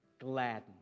Gladness